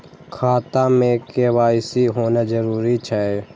खाता में के.वाई.सी होना जरूरी छै?